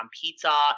pizza